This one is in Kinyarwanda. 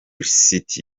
city